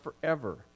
forever